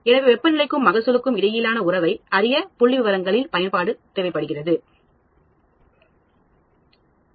எனவே வெப்பநிலைக்கும் மகசூலுக்கும் இடையிலான உறவை அறிய புள்ளிவிவரங்களைப் பயன்படுத்தலாம்